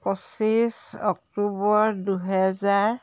পঁচিছ অক্টোবৰ দুহেজাৰ